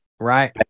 Right